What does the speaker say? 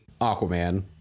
Aquaman